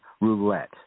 roulette